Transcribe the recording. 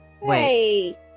wait